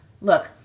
look